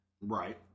Right